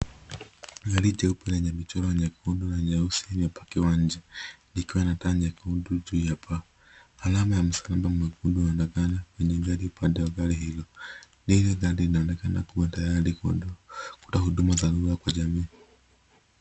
Gari jeupe lenye michoro nyeupe na nyeusi, imepakiwa nje, likiwa na taa nyekundu juu ya paa. Alama ya msalaba mwekundu unaonekana kwenye gari, upande wa gari hilo. Hili gari linaonekana kua tayari kutoa huduma za dharura kwa jamii.